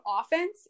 offense